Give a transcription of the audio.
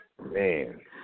Man